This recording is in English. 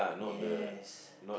yes